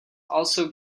also